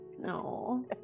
No